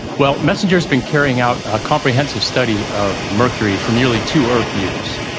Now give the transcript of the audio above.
well, messenger has been carrying out a comprehensive study of mercury for nearly two earth years.